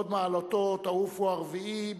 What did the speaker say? הוד מעלתו טאופו הרביעי,